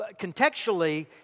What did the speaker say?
Contextually